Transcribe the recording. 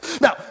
Now